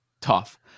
tough